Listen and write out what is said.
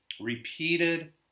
repeated